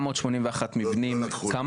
כמה